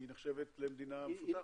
היא נחשבת למדינה מפותחת?